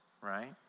right